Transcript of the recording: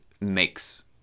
makes